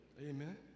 Amen